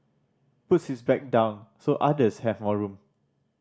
puts his bag down so others have more room